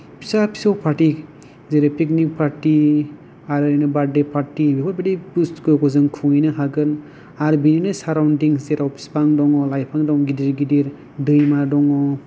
फिसा फिसौ पार्टि जेरै पिकनिक पार्टि आरोनै बार्थडे पार्टि बेफोरबादि बुस्थुफोरखौ जों खुंहैनो हागोन आरो बेनिनो सारावन्डिं जेराव बिफां दङ लाइफां दं गिदिर गिदिर दैमा दङ